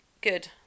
good